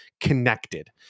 connected